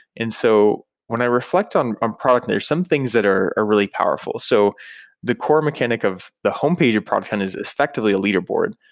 and so when i reflect on a um product, there are some things that are are really powerful. so the core mechanic of the homepage of product hunt is effectively a leaderboard.